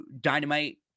Dynamite